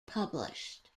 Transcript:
published